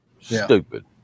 Stupid